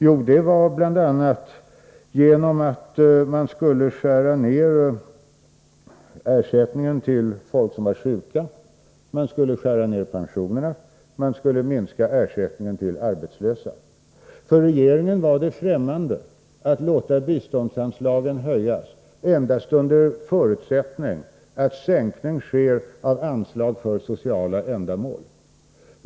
Jo, bl.a. genom att skära ned ersättningen till folk som var sjuka, genom att skära ned pensionerna och genom att minska ersättningen till arbetslösa. För regeringen var det främmande att låta biståndsanslaget höjas endast under förutsättning att sänkning skedde av anslag för sociala ändamål.